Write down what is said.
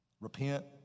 repent